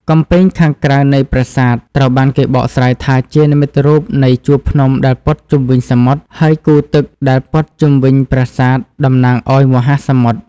កំពែងខាងក្រៅនៃប្រាសាទ ត្រូវបានគេបកស្រាយថាជានិមិត្តរូបនៃជួរភ្នំដែលព័ទ្ធជុំវិញសមុទ្រ ហើយគូទឹកដែលព័ទ្ធជុំវិញប្រាសាទតំណាងឱ្យមហាសមុទ្រ។